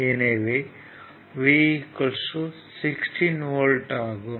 எனவே V 16 V ஆகும்